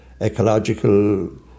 ecological